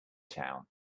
town